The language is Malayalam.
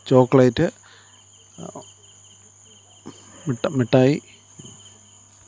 ചോക്ലേറ്റ് മിട്ടായി